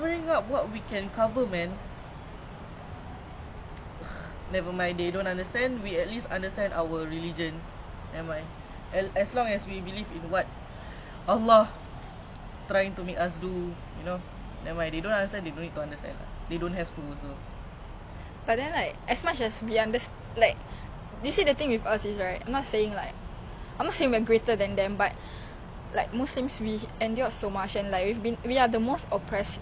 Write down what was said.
but then like as much as we understand do you see the thing with us is right I'm not saying like I'm not saying we are greater than them but like muslims we endured so much and like we've been we are the most oppressed religion but we understand and respect the fact that they cannot understand our religion but they cannot give us an ounce of respect that just infuriates me a lot lah macam aku boleh err macam hormat kau punya agama asal kau tak boleh hormat kau tak faham pun the very least you can do is just give us respect